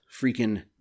freaking